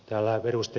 täällä ed